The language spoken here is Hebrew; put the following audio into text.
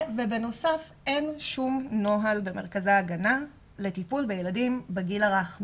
ובנוסף אין שום נוהל במרכזי ההגנה לטיפול בילדים בגיל הרך,